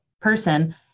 person